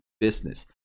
business